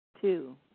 Two